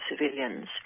civilians